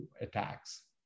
attacks